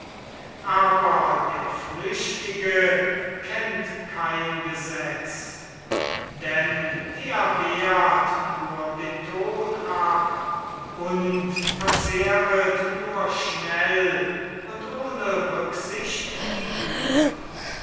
aber der flüchtige kennt kein gesetz denn er wehrt nur den tod ab und verzehret nur schnell und ohne rücksicht die güter